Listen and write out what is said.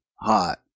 hot